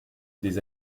des